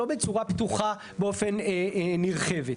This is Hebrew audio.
לא בצורה פתוחה באופן נרחב.